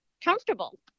comfortable